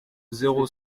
zéro